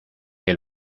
que